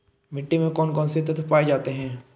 मिट्टी में कौन कौन से तत्व पाए जाते हैं?